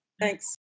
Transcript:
Thanks